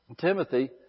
Timothy